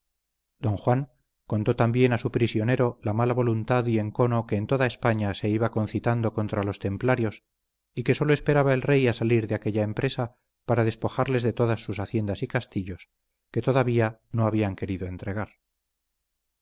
don juan contó también a su prisionero la mala voluntad y encono que en toda españa se iba concitando contra los templarios y que sólo esperaba el rey a salir de aquella empresa para despojarles de todas sus haciendas y castillos que todavía no habían querido entregar